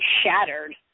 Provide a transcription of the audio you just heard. shattered